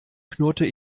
knurrte